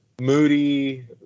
moody